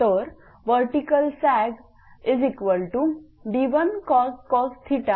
तर vertical sag d1cos 1